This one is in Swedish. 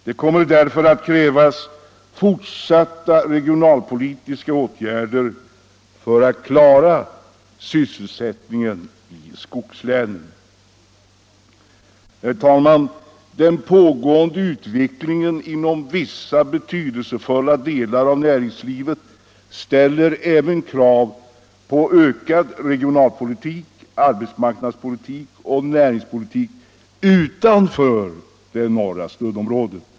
Det kommer därför att krävas fortsatta regionalpolitiska åtgärder för att klara sysselsättningen i skogslänen. Herr talman! Den pågående utvecklingen inom vissa betydelsefulla delar av näringslivet ställer även krav på ökad regionalpolitik och annan arbetsmarknadspolitik utanför det norra stödområdet.